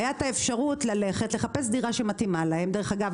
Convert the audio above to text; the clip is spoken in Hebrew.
הייתה את האפשרות לחפש דירה שמתאימה להם דרך אגב,